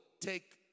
take